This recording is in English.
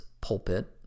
pulpit